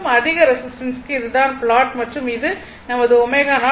அதிக ரெசிஸ்டன்ஸுக்கு இது தான் ப்லாட் மற்றும் இது நமது ω0